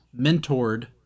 mentored